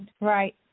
Right